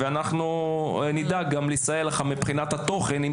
ואנחנו נדאג לסייע לך מבחינת התוכן אם